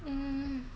um